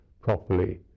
properly